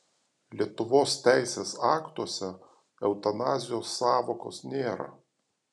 lietuvos teisės aktuose eutanazijos sąvokos nėra